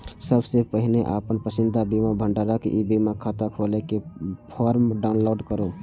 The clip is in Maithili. सबसं पहिने अपन पसंदीदा बीमा भंडारक ई बीमा खाता खोलै के फॉर्म डाउनलोड करू